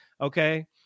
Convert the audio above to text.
Okay